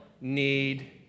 need